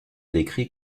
décrit